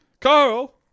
carl